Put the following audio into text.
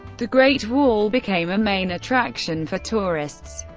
the great wall became a main attraction for tourists.